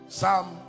Psalm